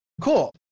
Cool